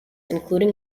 including